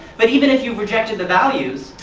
but even if you've rejected the values,